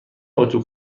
اتو